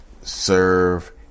serve